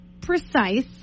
precise